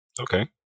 Okay